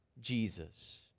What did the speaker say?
Jesus